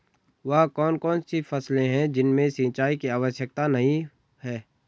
वह कौन कौन सी फसलें हैं जिनमें सिंचाई की आवश्यकता नहीं है?